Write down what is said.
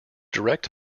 direct